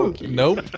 Nope